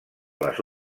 les